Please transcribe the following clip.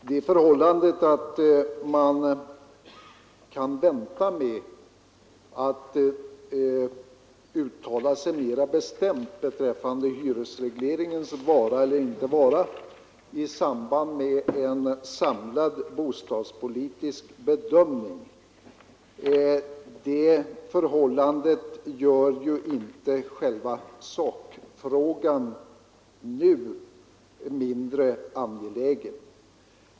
Det förhållandet att man kan vänta med att uttala sig mera bestämt beträffande hyresregleringens vara eller inte vara i samband med en samlad bostadspolitisk bedömning gör ju inte själva sakfrågan nu mindre angelägen.